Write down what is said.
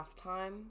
halftime